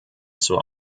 zur